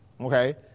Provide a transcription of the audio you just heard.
Okay